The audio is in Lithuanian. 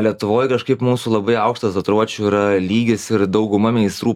lietuvoj kažkaip mūsų labai aukštas tatiuruočių yra lygis ir dauguma meistrų